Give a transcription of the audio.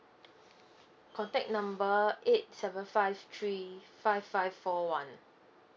contact number eight seven five three five five four one